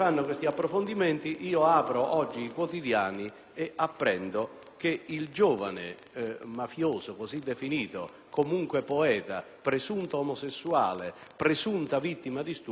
ho appreso che il giovane, definito mafioso, comunque poeta, presunto omosessuale e presunta vittima di stupro, si è impiccato.